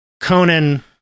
Conan